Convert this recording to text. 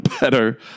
better